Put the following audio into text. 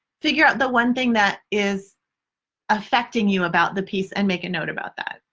figure out the one thing that is affecting you about the piece and make a note about that.